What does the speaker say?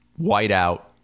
whiteout